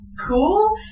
cool